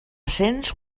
cents